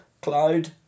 cloud